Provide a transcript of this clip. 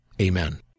Amen